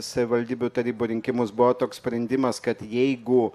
savivaldybių tarybų rinkimus buvo toks sprendimas kad jeigu